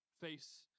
face